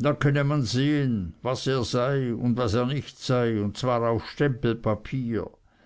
da könne man sehen was er sei und was er nicht sei und zwar auf stempelpapier